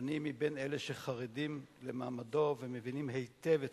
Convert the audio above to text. ואני בין אלה שחרדים למעמדו ומבינים היטב את